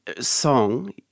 song